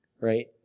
Right